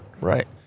Right